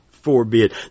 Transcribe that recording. forbid